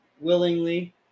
willingly